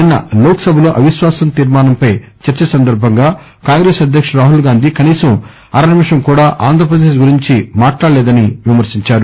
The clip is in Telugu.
నిన్స లోక్ సభ లో అవిశ్వాస తీర్మానం పై చర్చ సందర్బంగా కాంగ్రెస్ అధ్యకుడు రాహుల్ గాంధీ కనీసం అర నిమిషం కూడా ఆంధ్రప్రదేశ్ గురించి మాట్లాడలేదని ఆయన విమర్పించారు